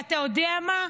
אתה יודע מה?